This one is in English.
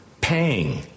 paying